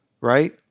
right